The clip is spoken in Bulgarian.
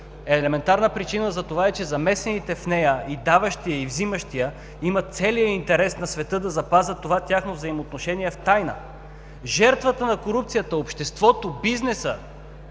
Елементарна причина за това е, че замесените в нея – и даващият, и взимащият, имат целия интерес на света, за да запазят това тяхно взаимоотношение тайна. Жертвата на корупцията – обществото, бизнесът,